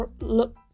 look